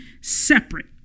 separate